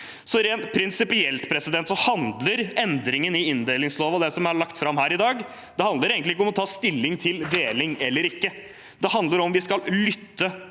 Rent prinsipielt handler endringen i inndelingsloven og det som er lagt fram her i dag, egentlig ikke om å ta stilling til deling eller ikke. Det handler om vi skal lytte